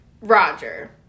Roger